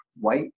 white